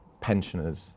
pensioners